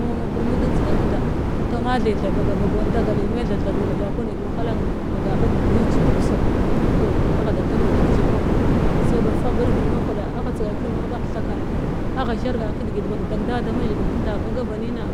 man ma birni nud njdiganuda toh ma tai tha ɓaga bag wan dagal me tha tha ɗula ɓa kwani wahala da tag da tag ci kau ma sai ba fabir viɗ mahuɗa agh tsghan kirvid ma huɗagh thala agha zhargan kedigit dab-ɓag da da mazhigil tenda a ɓaga banima